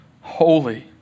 holy